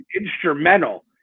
instrumental